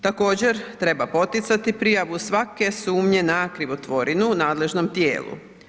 Također treba poticati prijavu svake sumnje na krivotvorinu nadležnom tijelu.